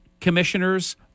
commissioners